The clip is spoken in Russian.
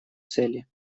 цели